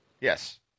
Yes